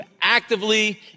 actively